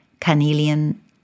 carnelian